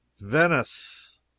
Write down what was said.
venice